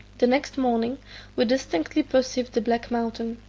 the next morning we distinctly perceived the black mountain.